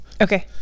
okay